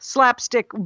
Slapstick